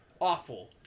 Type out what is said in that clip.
Awful